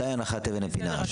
מתי הנחת אבן הפינה?